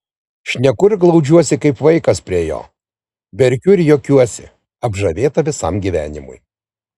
šneku ir glaudžiuosi kaip vaikas prie jo verkiu ir juokiuosi apžavėta visam gyvenimui